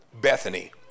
Bethany